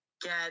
get